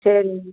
சேரிங்க